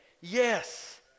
yes